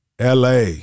LA